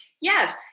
yes